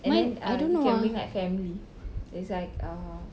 and then uh you can bring like family there's like uh